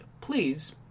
please